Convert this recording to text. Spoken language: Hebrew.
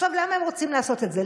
למה הם רוצים לעשות את זה?